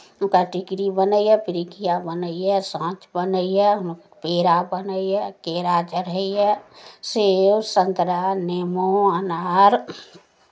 ओकरा टिकड़ी बनैए पिरुकिया बनैए साँच बनैए पेड़ा बनैए केरा चढ़ैए सेब संतरा नेमो अनार